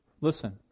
listen